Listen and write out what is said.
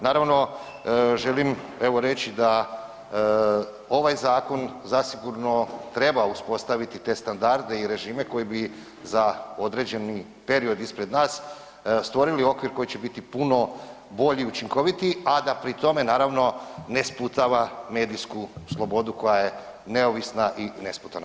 Naravno, želim evo reći da ovaj zakon zasigurno treba uspostaviti te standarde i režime koji bi za određeni period ispred nas stvorili okvir koji će biti puno bolji i učinkovitiji, a da pri tome naravno ne sputava medijsku slobodu koja je neovisna i nesputana.